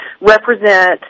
represent